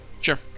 Sure